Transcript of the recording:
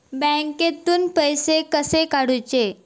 बँकेतून पैसे कसे काढूचे?